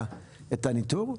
את הניטור?